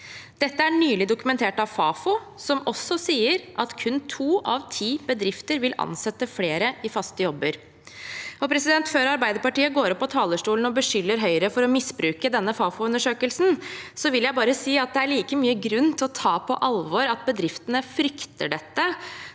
Dette er nylig dokumentert av Fafo, som også sier at kun to av ti bedrifter vil ansette flere i faste jobber. Før Arbeiderpartiet går opp på talerstolen og beskylder Høyre for å misbruke denne Fafo-undersøkelsen, vil jeg bare si at det er like mye grunn til å ta på alvor at bedriftene frykter dette,